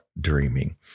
dreaming